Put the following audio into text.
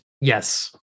Yes